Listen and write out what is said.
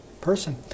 person